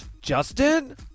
Justin